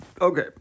Okay